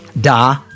da